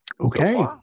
okay